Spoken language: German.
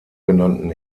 genannten